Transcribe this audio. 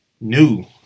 new